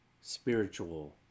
spiritual